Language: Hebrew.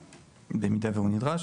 במידה והוא נדרש.